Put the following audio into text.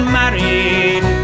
married